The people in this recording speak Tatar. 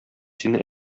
сине